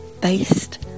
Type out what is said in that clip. based